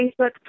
Facebook